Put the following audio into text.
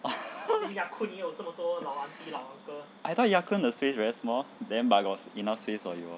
I thought ya kun the space very small then but got enough space for you all